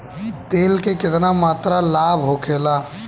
तेल के केतना मात्रा लाभ होखेला?